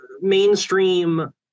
mainstream